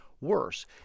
worse